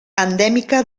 endèmica